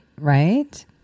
right